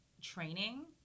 training